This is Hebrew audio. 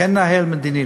כן מנהל מדיני,